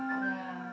ya